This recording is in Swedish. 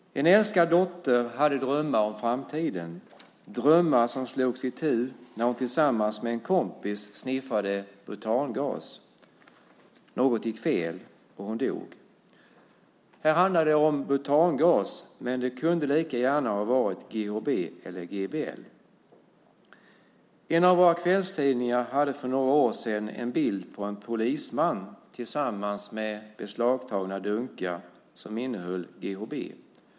En älskad dotter hade drömmar om framtiden, drömmar som slogs itu när hon tillsammans med en kompis sniffade butangas. Något gick fel och hon dog. Här handlade det om butangas, men det kunde lika gärna ha varit GHB eller GBL. En av våra kvällstidningar hade för några år sedan en bild på en polisman tillsammans med beslagtagna dunkar som innehöll GHB.